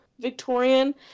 Victorian